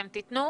האם תיתנו?